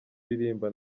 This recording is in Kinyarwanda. uririmba